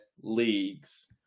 leagues